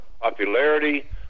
popularity